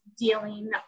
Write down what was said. dealing